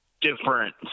different